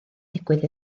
digwydd